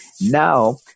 Now